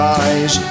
eyes